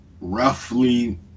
roughly